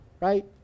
Right